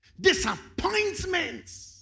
disappointments